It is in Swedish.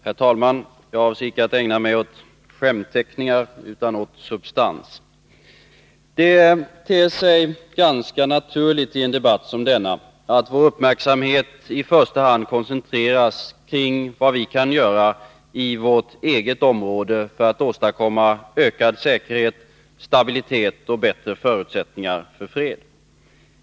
Herr talman! Jag avser inte att ägna mig åt skämtteckningar, utan åt substans. Det ter sig i en debatt som denna ganska naturligt att vår uppmärksamhet i första hand koncentreras på vad vi kan göra i vårt eget område för att åstadkomma ökad säkerhet, stabilitet och bättre förutsättningar för fred.